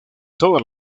toda